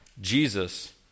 Jesus